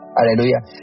Hallelujah